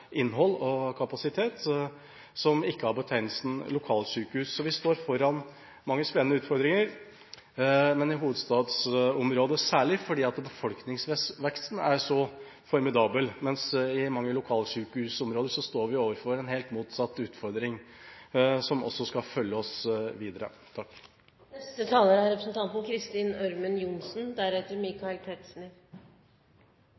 innhold og kapasitet, som ikke har betegnelsen lokalsykehus. Så vi står foran mange spennende utfordringer, særlig i hovedstadsområdet fordi befolkningsveksten er så formidabel, mens i mange lokalsykehusområder står vi overfor en helt motsatt utfordring som også skal følge oss videre. Representanten Bøhler tar opp et viktig spørsmål. Det er